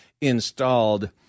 installed